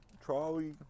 trolley